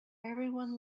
everyone